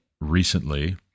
recently